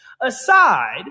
aside